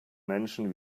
menschen